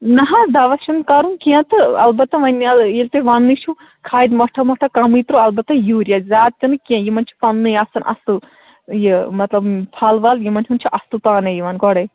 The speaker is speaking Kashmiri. نہ حظ دوا چھِنہٕ کَرُن کیٚنہہ تہٕ البتہ وۄنۍ یَلہٕ ییٚلہِ تُہۍ ونٛنٕے چھُو کھادِ مۄٹھا مۄٹھا کَمٕے ترٲو البتہ یوٗرِیا زیادٕ تہِ نہٕ کیٚنہہ یِمَن چھِ پَنٛنُے آسان اَصٕل یہِ مطلب پھل وَل یِمَن ہُنٛد چھُ اصٕل پانَے یِوان گۄڈَے